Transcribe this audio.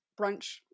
brunch